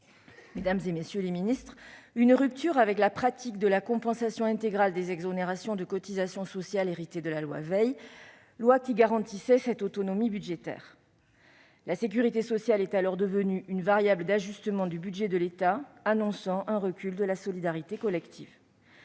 opéré, monsieur le ministre, une rupture avec la pratique de la compensation intégrale des exonérations de cotisations sociales héritées de la loi Veil, laquelle garantissait cette autonomie budgétaire. La sécurité sociale est alors devenue une variable d'ajustement du budget de l'État, ce qui témoigne d'un recul de la solidarité collective.